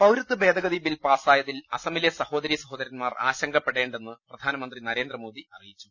പൌരത്വ ഭേദഗതി ബിൽ പാസ്സായതിൽ അസമിലെ സഹോ ദരീ സഹോദരന്മാർ ആശങ്കപ്പെടേണ്ടെന്ന് പ്രധാനമന്ത്രി നരേന്ദ്രമോ ദി അറിയിച്ചു